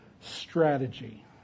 strategy